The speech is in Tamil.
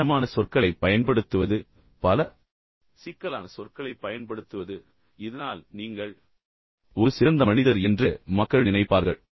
மிகவும் கடினமான சொற்களைப் பயன்படுத்துவது பல சிக்கலான சொற்களைப் பயன்படுத்துவது நீங்கள் விஷயங்களை தேவையில்லாமல் சிக்கலாக்க விரும்புகிறீர்கள் என்பதை மக்கள் அறிவார்கள் இதனால் நீங்கள் ஒரு சிறந்த மனிதர் என்று மக்கள் நினைப்பார்கள்